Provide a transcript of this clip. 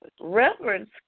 Reverence